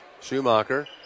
Schumacher